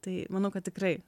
tai manau kad tikrai